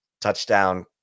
touchdown